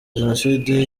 jenoside